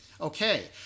Okay